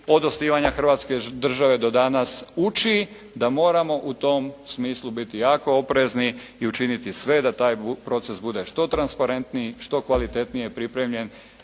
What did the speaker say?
od osnivanja Hrvatske države do danas uči da moramo u tom smislu biti jako oprezni i učiniti sve da taj proces bude što transparentniji, što kvalitetnije pripremljen.